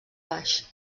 baix